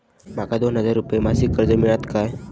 माका दोन हजार रुपये मासिक कर्ज मिळात काय?